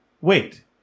Wait